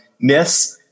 myths